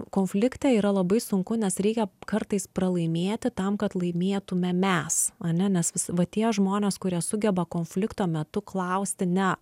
konflikte yra labai sunku nes reikia kartais pralaimėti tam kad laimėtume mes ane nes va tie žmonės kurie sugeba konflikto metu klausti ne